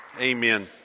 Amen